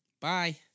Bye